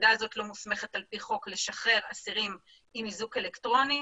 היחידה הזו לא מוסמכת על פי חוק לשחרר אסירים עם איזוק אלקטרוני.